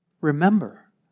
Remember